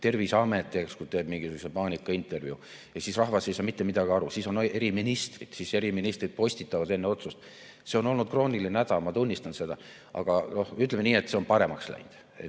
Terviseamet teeb mingisuguse paanikaintervjuu ja siis rahvas ei saa mitte midagi aru. Siis on eri ministrid, siis eri ministrid postitavad enne otsust. See on olnud krooniline häda, ma tunnistan seda, aga ütleme nii, et see on paremaks läinud.